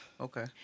Okay